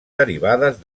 derivades